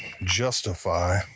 justify